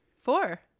Four